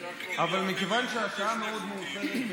אבל כיוון שהשעה מאוד מאוחרת,